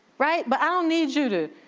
right, but i don't need you to,